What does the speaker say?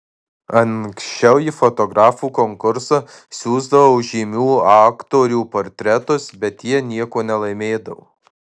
anksčiau į fotografų konkursą siųsdavau žymių aktorių portretus bet jie nieko nelaimėdavo